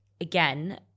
again